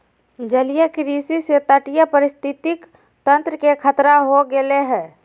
जलीय कृषि से तटीय पारिस्थितिक तंत्र के खतरा हो गैले है